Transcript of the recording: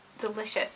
delicious